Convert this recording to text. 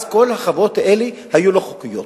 אז כל החוות האלה היו לא חוקיות.